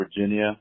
Virginia